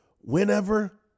Whenever